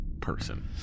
person